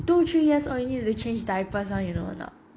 two three years you need to change diapers one you know or not